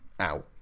Ow